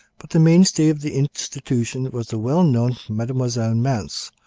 but the mainstay of the institution was the well-known mademoiselle mance,